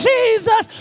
Jesus